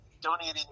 Donating